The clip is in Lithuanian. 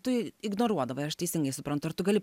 tu ignoruodavai ar aš teisingai suprantu ar tu gali